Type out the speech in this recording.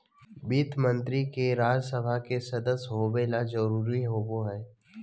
वित्त मंत्री के राज्य सभा के सदस्य होबे ल जरूरी होबो हइ